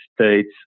States